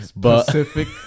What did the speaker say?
Pacific